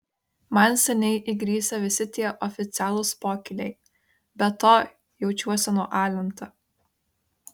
man seniai įgrisę visi tie oficialūs pokyliai be to jaučiuosi nualinta